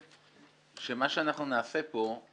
חושב שמה שאנחנו נעשה פה,